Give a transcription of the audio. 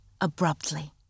abruptly